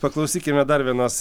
paklausykime dar vienos